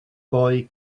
boy